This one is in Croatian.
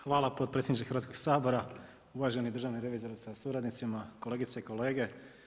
Hvala potpredsjedniče Hrvatskog sabora, uvaženi državni revizore sa suradnicima, kolegice i kolege.